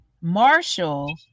Marshall